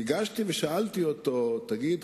ניגשתי ושאלתי אותו: תגיד,